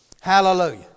Hallelujah